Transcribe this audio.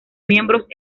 miembros